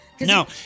No